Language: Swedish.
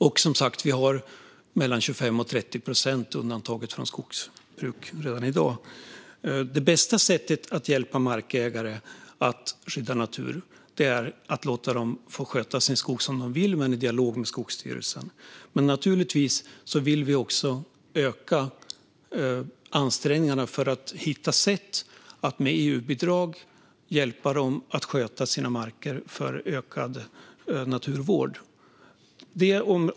Och mellan 25 och 30 procent av skogen är som sagt redan i dag undantagen från skogsbruk. Det bästa sättet att hjälpa markägare att skydda natur är att låta dem sköta sin skog som de vill, men i dialog med Skogsstyrelsen. Naturligtvis vill vi också öka ansträngningarna för att hitta sätt att med EU-bidrag hjälpa dem att sköta sina marker för ökad naturvård.